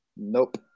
Nope